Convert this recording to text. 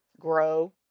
grow